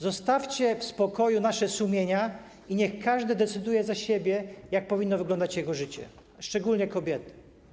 Zostawcie w spokoju nasze sumienia i niech każdy decyduje za siebie, jak powinno wyglądać jego życie, szczególnie kobiety.